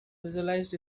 visualized